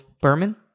Berman